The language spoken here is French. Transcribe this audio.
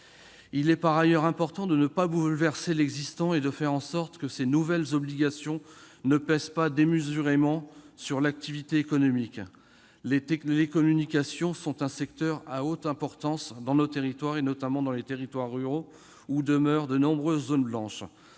ailleurs, il est important de ne pas bouleverser l'existant et de faire en sorte que ces nouvelles obligations ne pèsent pas démesurément sur l'activité économique. Les télécommunications sont un secteur à haute importance dans nos territoires, notamment dans les territoires ruraux où demeurent de nombreuses zones blanches.